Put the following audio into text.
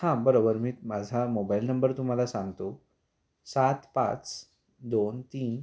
हां बरोबर मी माझा मोबाईल नंबर तुम्हाला सांगतो सात पाच दोन तीन